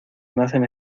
nacen